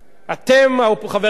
חברי באופוזיציה,